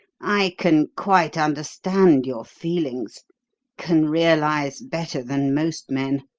i can quite understand your feelings can realise better than most men!